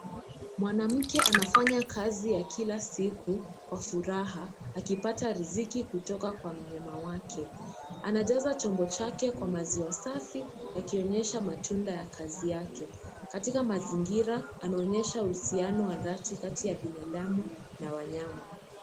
Mwanamke anafanya kazi ya kila siku kwa furaha akipata riziki kutoka kwa mnyama wake. Anajaza chombo chake maziwa safi yakionyesha matunda ya kazi yake. Katika mazingira anaonyesha uhusiano wa dhati kati ya binadamu na wanyama.